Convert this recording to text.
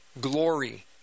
glory